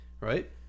right